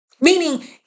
meaning